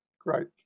Great